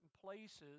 places